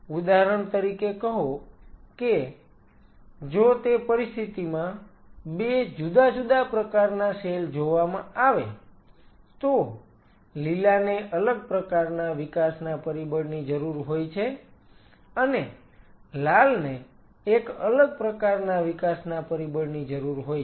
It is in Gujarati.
ઉદાહરણ તરીકે કહો કે જો તે પરિસ્થિતિમાં 2 જુદા જુદા પ્રકારના સેલ જોવામાં આવે તો લીલાને અલગ પ્રકારના વિકાસના પરિબળની જરૂર હોય છે અને લાલને એક અલગ પ્રકારના વિકાસના પરિબળની જરૂર હોય છે